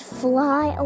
fly